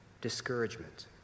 discouragement